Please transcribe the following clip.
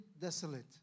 desolate